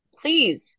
please